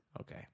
Okay